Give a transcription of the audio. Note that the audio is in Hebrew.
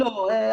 לא,